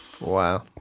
Wow